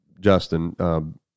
Justin